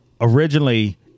Originally